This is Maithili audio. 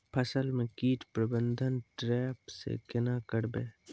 फसल म कीट प्रबंधन ट्रेप से केना करबै?